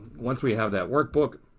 once we have that workbook.